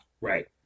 Right